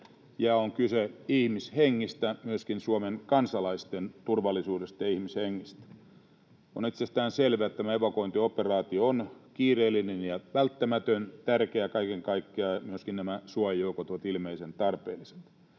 ja on kyse ihmishengistä, myöskin Suomen kansalaisten turvallisuudesta ja ihmishengistä. On itsestään selvää, että tämä evakuointioperaatio on kiireellinen ja välttämätön, tärkeä kaiken kaikkiaan, ja myöskin nämä suojajoukot ovat ilmeisen tarpeellisia.